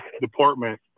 department